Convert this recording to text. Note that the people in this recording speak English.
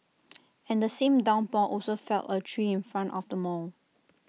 and the same downpour also felled A tree in front of the mall